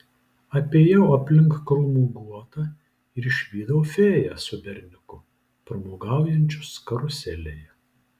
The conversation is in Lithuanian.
apėjau aplink krūmų guotą ir išvydau fėją su berniuku pramogaujančius karuselėje